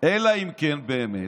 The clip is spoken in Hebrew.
אלא אם כן באמת